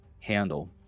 handle